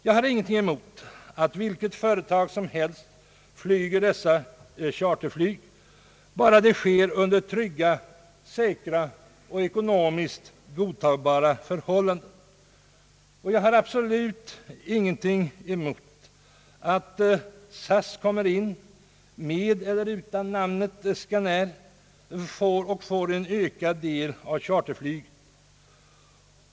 Jag har ingenting emot att vilket företag som helst utför dessa charterflyg, bara det sker under trygga, säkra och ekonomiskt godtagbara förhållanden, och jag har absolut ingenting emot att SAS kommer in och — med eller utan namnet Scanair — får en ökad del av charterflyget.